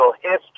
history